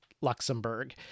Luxembourg